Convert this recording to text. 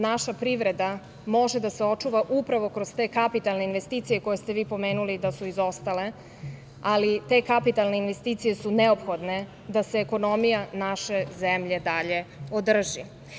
Naša privreda može da se očuva upravo kroz te kapitalne investicije koje ste vi pomenuli da su izostale, ali te kapitalne investicije su neophodne da se ekonomija naše zemlje dalje održi.